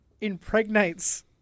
impregnates